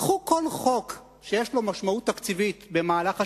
קחו כל חוק שיש לו משמעות תקציבית במהלך השנה,